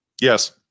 Yes